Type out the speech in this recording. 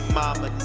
mama